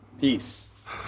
Peace